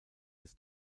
des